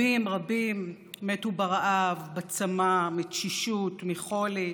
ורבים רבים מתו ברעב, בצמא, מתשישות, מחולי,